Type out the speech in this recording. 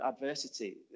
adversity